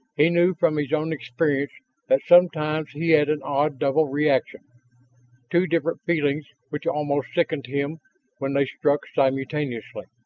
he knew from his own experience that sometimes he had an odd double reaction two different feelings which almost sickened him when they struck simultaneously.